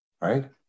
right